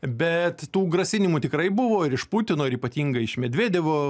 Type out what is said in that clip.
bet tų grasinimų tikrai buvo ir iš putino ir ypatingai iš medvedevo